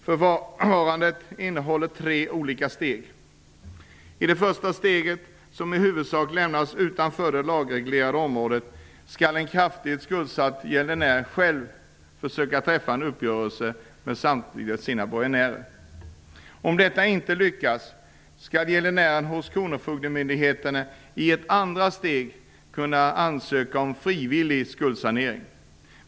Förfarandet innehåller tre olika steg. I det första steget, som i huvudsak lämnas utanför det lagreglerade området, skall en kraftigt skuldsatt gäldenär själv försöka träffa en uppgörelse med samtliga sina borgenärer. Om detta inte lyckas, skall gäldenären hos kronofogdemyndigheten i ett andra steg kunna ansöka om frivillig skuldsanering.